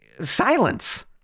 silence